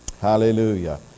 Hallelujah